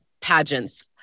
pageants